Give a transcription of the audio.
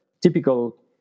typical